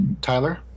Tyler